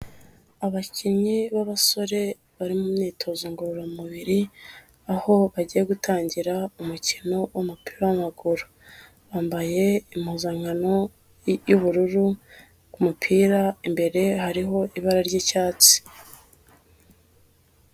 Abakinnyi b'abasore bari mu myitozo ngororamubiri, aho bagiye gutangira umukino w'umupira w'amaguru, bambaye impuzankano y'ubururu, ku mupira imbere hariho ibara ry'icyatsi.